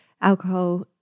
alcohol